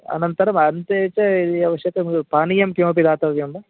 अनन्तरम् अन्ते च यदि आवश्यकं पानीयं किमपि दातव्यं वा